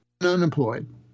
unemployed